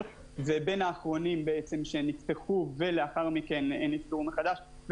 ובין האחרונים שנפתחו ולאחר מכן נסגרו מחדש,